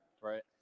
Right